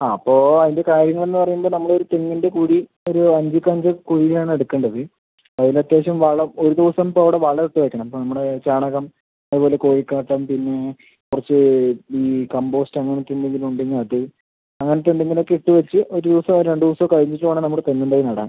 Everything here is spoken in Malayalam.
ആ അപ്പോൾ അതിൻ്റ കാര്യങ്ങളെന്ന് പറയുമ്പം നമ്മള് തെങ്ങിൻ്റ കൂലി ഒര് അഞ്ച് കഞ്ച് കുഴി ആണ് എടുക്കണ്ടത് അതിൽ അത്യാവശ്യം വളം ഒരു ദിവസം അപ്പം അവിടെ വളം ഇട്ട് വെക്കണം അപ്പോൾ നമ്മുടെ ചാണകം അതുപോലെ കോഴിക്കാട്ടം പിന്നെ കുറച്ച് ഈ കമ്പോസ്റ്റ് അങ്ങനെ ഒക്കെ എന്തെങ്കിലും ഉണ്ടെങ്കിൽ അത് അങ്ങനത്തെ എന്തെങ്കിലും ഒക്കെ ഇട്ട് വെച്ച് ഒര് ദിവസമോ രണ്ട് ദിവസമോ കഴിഞ്ഞിട്ട് വേണം നമ്മള് തെങ്ങ് തൈ നടാൻ